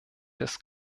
des